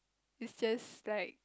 it's just like